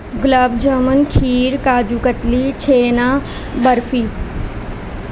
گلاب jamun kheer kaju katli chhena barfi